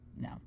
no